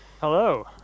hello